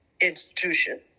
institution